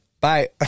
Bye